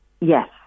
yes